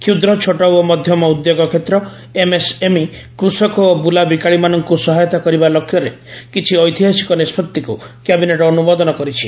କ୍ଷୁଦ୍ର ଛୋଟ ଓ ମଧ୍ୟମ ଉଦ୍ୟୋଗ କ୍ଷେତ୍ର ଏମ୍ଏସ୍ଏମ୍ଇ କୃଷକ ଓ ବୁଲା ବିକାଳିମାନଙ୍କୁ ସହାୟତା କରିବା ଲକ୍ଷ୍ୟରେ କିଛି ଏତିହାସିକ ନିଷ୍ପତିକୁ କ୍ୟାବିନେଟ୍ ଅନୁମୋଦନ କରିଛି